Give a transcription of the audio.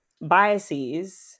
biases